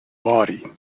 body